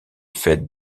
faites